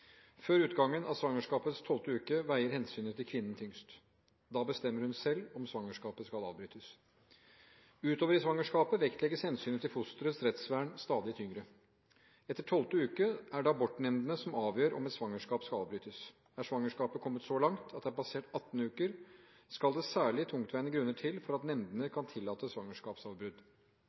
Før utgangen av svangerskapets 12. uke veier hensynet til kvinnen tyngst. Da bestemmer hun selv om svangerskapet skal avbrytes. Utover i svangerskapet vektlegges hensynet til fosterets rettsvern stadig tyngre. Etter 12. uke er det abortnemndene som avgjør om et svangerskap kan avbrytes. Er svangerskapet kommet så langt at det har passert 18 uker, skal det særlig tungtveiende grunner til for at nemndene kan tillate svangerskapsavbrudd.